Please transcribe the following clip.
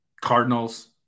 cardinals